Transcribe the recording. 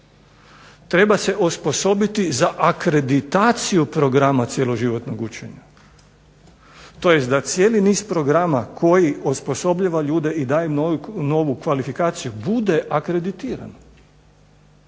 Treba se osposobiti za akreditaciju programa cjeloživotnog učenja. Tj. da cijeli niz programa koji osposobljava ljude i daje novu kvalifikaciju bude akreditiran.